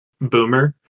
boomer